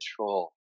control